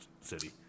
City